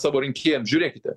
savo rinkėjam žiūrėkite